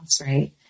right